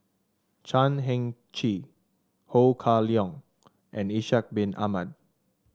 Chan Heng Chee Ho Kah Leong and Ishak Bin Ahmad